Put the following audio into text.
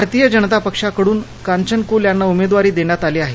भारतीय जनता पक्षाकडूनही कांचन क्ल यांना उमेदवारी देण्यात आली आहे